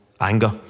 anger